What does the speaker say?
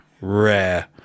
Rare